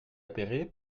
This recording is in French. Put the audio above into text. appéré